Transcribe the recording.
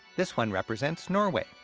this one represents norway,